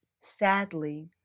Sadly